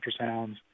ultrasounds